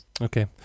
Okay